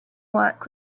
work